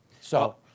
So-